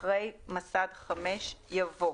אחרי מס"ד (5) יבוא: